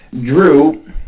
Drew